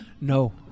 No